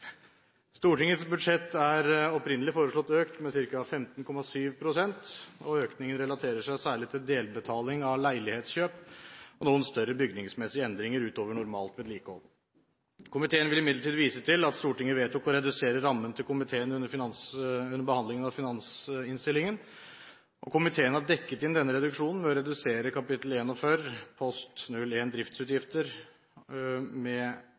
Stortingets budsjett er opprinnelig foreslått økt med ca. 15,7 pst., og økningen relaterer seg særlig til delbetaling av leilighetskjøp og noen større bygningsmessige endringer utover normalt vedlikehold. Komiteen vil imidlertid vise til at Stortinget vedtok å redusere rammen til komiteen under behandlingen av finansinnstillingen, og komiteen har dekket inn denne reduksjonen ved å redusere kapittel 41 post 01 Driftsutgifter med 5 mill. kr og post 45 Større utstyrsanskaffelser og vedlikehold med